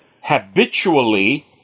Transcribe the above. habitually